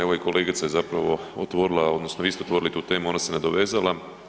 Evo i kolegica je zapravo otvorila, odnosno vi ste otvorili tu temu ona se nadovezala.